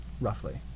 roughly